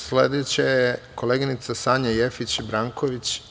Sledeća je koleginica Sanja Jefić Branković.